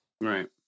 Right